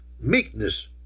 meekness